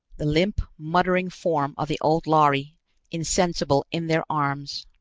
the limp, muttering form of the old lhari insensible in their arms.